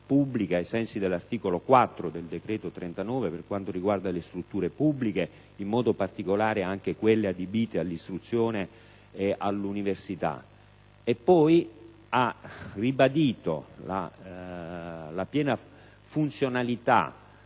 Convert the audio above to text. ai sensi dell'articolo 4 del decreto-legge n. 39 del 2009, per quanto riguarda le strutture pubbliche, in modo particolare quelle adibite all'istruzione e all'università. Ha poi ribadito la piena funzionalità